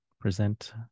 present